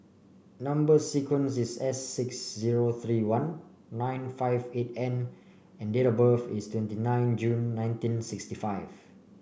number sequence is S six zero three one nine five eight N and date of birth is twenty nine June nineteen sixty five